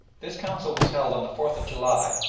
this council was held on the fourth of july,